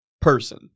person